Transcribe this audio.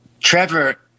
Trevor